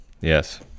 yes